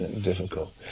difficult